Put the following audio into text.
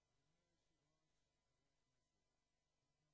כשיגישו אלי את הרשימה אני אוסיף.